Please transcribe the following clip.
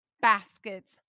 baskets